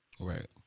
right